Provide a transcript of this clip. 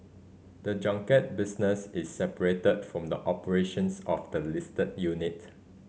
the junket business is separate from the operations of the listed unit